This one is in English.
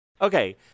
Okay